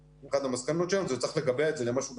אחת המסקנות שלנו היא שצריך לקבע את זה גם למשהו עתידי.